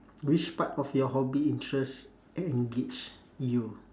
which part of your hobby interest engage you